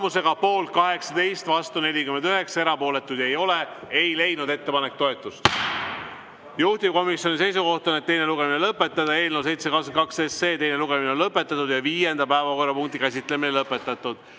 Tulemusega poolt 18, vastu 49, erapooletuid ei ole, ei leidnud ettepanek toetust. Juhtivkomisjoni seisukoht on, et teine lugemine tuleks lõpetada. Eelnõu 722 teine lugemine on lõpetatud ja viienda päevakorrapunkti käsitlemine on lõpetatud.